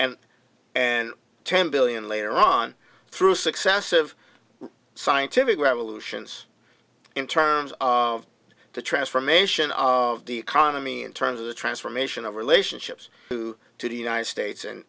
and and ten billion later on through successive scientific revolutions in terms of the transformation of the economy in terms of the transformation of relationships through to the united states